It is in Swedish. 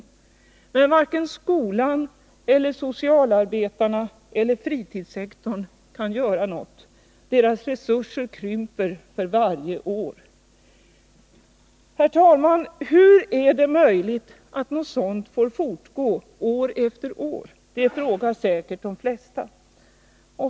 Men varken skolan eller socialarbetarna eller fritidssektorn kan göra något. Deras resurser krymper för varje år. Hur är det möjligt att något sådant får fortgå år efter år? frågar säkert de flesta.